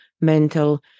mental